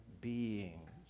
beings